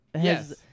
yes